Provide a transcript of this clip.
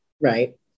right